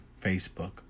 Facebook